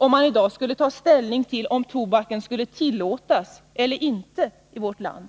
Om man i dag skulle ha att ta ställning till om tobaken över huvud taget skulle få börja användas i vårt land,